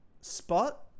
spot